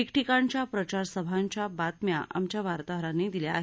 ठिकठिकाणच्या प्रचारसभांच्या बातम्या आमच्या वार्ताहरांनी दिल्या आहेत